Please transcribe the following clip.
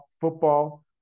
football